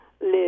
live